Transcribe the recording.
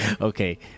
Okay